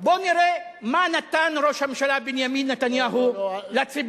בואו נראה מה נתן ראש הממשלה בנימין נתניהו לציבור: